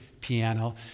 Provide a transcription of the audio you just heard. piano